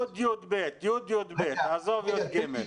י' י"ב, עזוב י"ג.